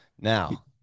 Now